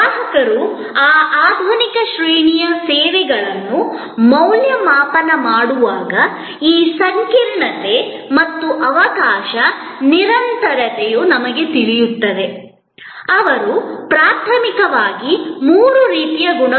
ಗ್ರಾಹಕರು ಈ ಆಧುನಿಕ ಶ್ರೇಣಿಯ ಸೇವೆಗಳನ್ನು ಮೌಲ್ಯಮಾಪನ ಮಾಡುವಾಗ ಈ ಸಂಕೀರ್ಣತೆ ಮತ್ತು ಅವಕಾಶ ನಿರಂತರತೆಯು ನಮಗೆ ಹೇಳುತ್ತದೆ ಅವರು ಪ್ರಾಥಮಿಕವಾಗಿ ಮೂರು ರೀತಿಯ ಗುಣಗಳನ್ನು ನೋಡುತ್ತಾರೆ